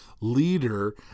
leader